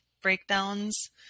breakdowns